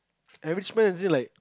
enrichment is it like